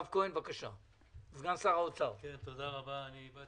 סגן שר האוצר, בבקשה.